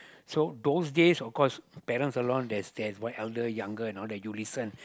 so those days of course parents are the one that's that's what elder younger and all that you listen